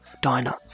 diner